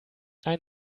ein